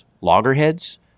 loggerheads